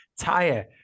tire